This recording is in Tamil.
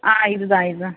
ஆ இது தான் இது தான்